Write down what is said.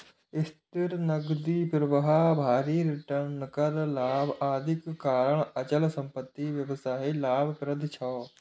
स्थिर नकदी प्रवाह, भारी रिटर्न, कर लाभ, आदिक कारण अचल संपत्ति व्यवसाय लाभप्रद छै